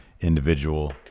individual